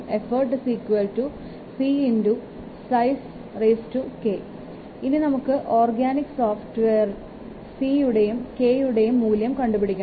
effortc size k ഇനി നമുക്ക് organic software c യുടെയും k യുടെയും മൂല്യം കണ്ടുപിടിക്കണം